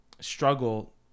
struggle